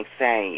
say